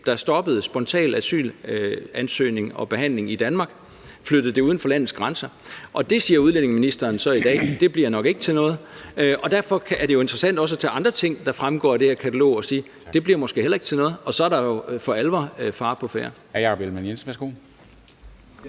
der stoppede spontan asylansøgning og -behandling i Danmark, flyttede det uden for landets grænser, og det siger udlændinge- og integrationsministeren i dag nok ikke bliver til noget. Og så er det jo klart, at det derfor er interessant også at tage andre ting, der fremgår af det her katalog, og sige, at det måske heller ikke bliver noget, og så er der for alvor fare på færde.